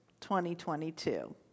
2022